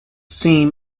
seem